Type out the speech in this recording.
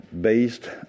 based